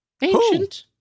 Ancient